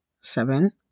Seven